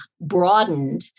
broadened